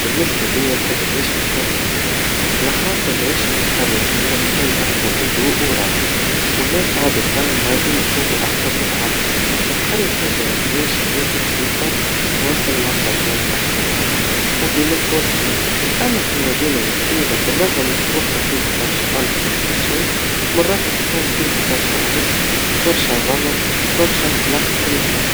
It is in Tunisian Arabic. بالنسبا ليا نحب نعيش في قريا صغيرا, على خاطر العيشا في قريا صغيرا تكون أكثر هدوء وراحا, والناس عادةً غادي يكونوا أقرب لبعضهم, في القريا تنجم تعيش حياا بسيطا’ وتتواصل مع الطبيعا وتحكي معاها, وديما يكون خير, أما فالمدينا الكبيرا, بالرغم إن توفر فيها برشا أنتا وكل شي, مرات تكون فيها برشا حس, وبرشا ضغط, وبرشا قلق فالنفس.